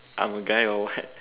I'm a guy or what